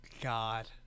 God